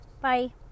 Bye